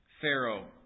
Pharaoh